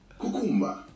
Cucumba